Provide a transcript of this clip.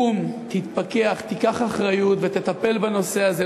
קום, תתפכח, תיקח אחריות ותטפל בנושא הזה.